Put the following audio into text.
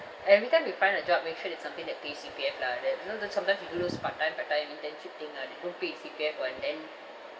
every time you find a job make sure that's something that pay C_P_F lah that you know that sometimes you do those part time part time internship thing ah they don't pay you C_P_F [one] then